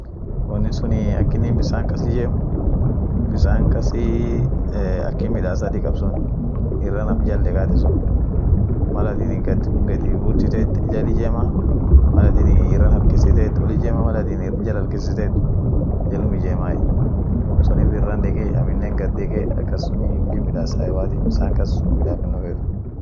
Set lightin ak ishinii gar oboti sun teet won lam balansitie, won lamaansunii velosity iyo gravitational yedeni woni lamaansun balansite achisun tetie dumii, aminenii aka speedi ishian speedi ak Elfu ilama shani kila saa, duum malsunii set lightsunii woni dansa itkanite akas achisun teetie kabla ishin gar dunia hindekin